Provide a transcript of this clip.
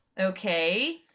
okay